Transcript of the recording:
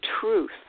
truth